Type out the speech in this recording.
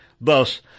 Thus